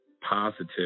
positive